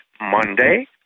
Monday